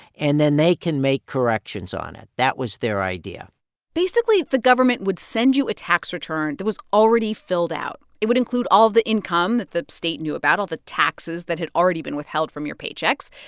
and then they make corrections on it? that was their idea basically, the government would send you a tax return that was already filled out. it would include all of the income that the state knew about, all the taxes that had already been withheld from your paychecks.